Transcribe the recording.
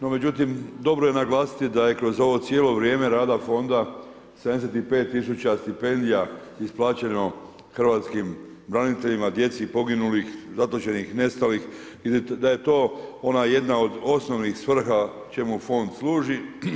No, međutim dobro je naglasiti da je kroz ovo cijelo vrijeme rada fonda 75 tisuća stipendija isplaćeno hrvatskim braniteljima, djeci poginulih, zatočenih i nestalih i da je to ona jedna od osnovnih svrha čemu fond služi.